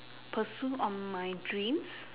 pursue on my dreams